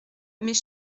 mais